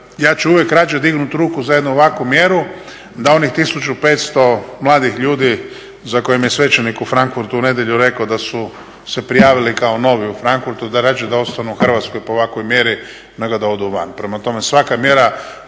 ja ću uvijek rađe dignut ruku za jednu ovakvu mjeru, da onih 1500 mladih ljudi za kojima je svećenik u Frankfurtu u nedjelju rekao da su se prijavili kao novi u Frankfurtu, da rađe da ostanu u Hrvatskoj po ovakvoj mjeri, nego da odu van. Prema tome, svaka mjera